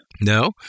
No